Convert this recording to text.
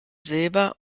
silber